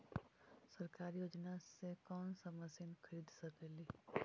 सरकारी योजना से कोन सा मशीन खरीद सकेली?